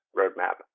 roadmap